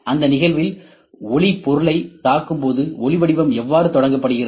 அந்த நிகழ்வில்ஒளி பொருளைத் தாக்கும் போதுஒளி வடிவம் எவ்வாறு தொடங்கப்படுகிறது